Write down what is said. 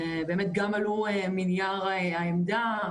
שגם עלו מנייר העמדה,